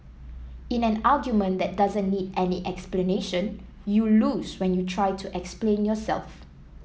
in an argument that doesn't need any explanation you lose when you try to explain yourself